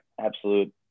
absolute